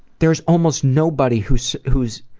there's almost nobody whose whose